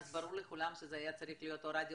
אז ברור לכולם שזה היה צריך להיות או רדיו